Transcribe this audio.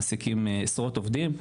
מעסיקים עשרות עובדים,